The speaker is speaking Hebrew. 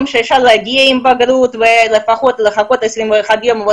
שאפשר להגיע לשם ולחכות 21 ימים.